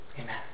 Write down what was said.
Amen